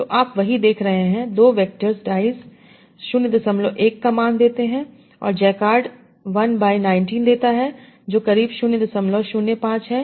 तो आप वही देख रहे हैं 2 वेक्टर्स डाइस 01 का मान देते हैं और जैकार्ड 1 बाय 19 देता है जो करीब 005 है